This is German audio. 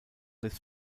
des